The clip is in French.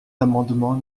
l’amendement